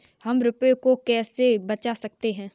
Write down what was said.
हम रुपये को कैसे बचा सकते हैं?